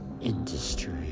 industry